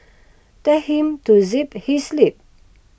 tell him to zip his lip